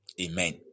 Amen